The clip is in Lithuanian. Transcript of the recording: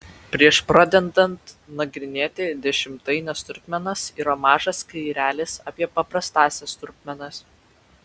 prieš pradedant nagrinėti dešimtaines trupmenas yra mažas skyrelis apie paprastąsias trupmenas